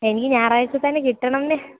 എനിക്ക് ഞായറാഴ്ച തന്നെ കിട്ടണം എന്ന്